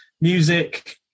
music